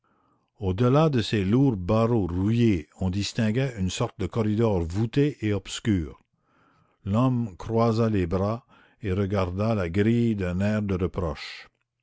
delà de ses lourds barreaux rouillés on distinguait une sorte de corridor voûté et obscur l'homme croisa les bras et regarda la grille d'un air de reproche